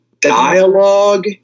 dialogue